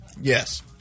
yes